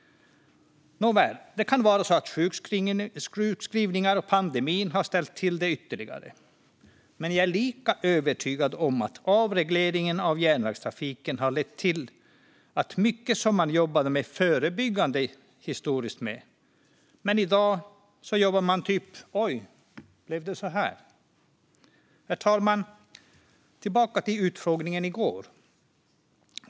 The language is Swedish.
Nåväl, det kan vara så att sjukskrivningar och pandemin har ställt till det ytterligare. Men jag är lika övertygad om att avregleringen av järnvägstrafiken har lett till att mycket som man historiskt jobbade förebyggande med jobbar man i dag med ungefär som: Oj, blev det så här? Herr talman! Tillbaka till utfrågningen i går.